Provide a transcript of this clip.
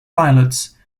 pilots